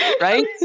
right